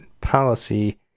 policy